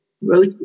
wrote